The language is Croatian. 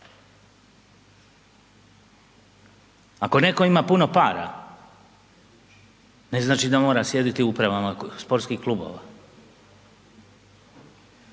Ako netko ima puno para, ne znači da mora sjediti u uprava sportskih klubova.